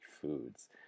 foods